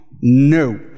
No